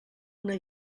una